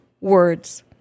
words